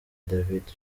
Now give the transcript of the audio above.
david